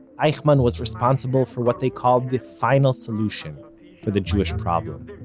eichmann was responsible for what they called the final solution for the jewish problem,